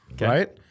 Right